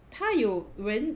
它有人